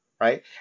Right